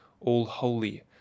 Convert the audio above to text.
all-holy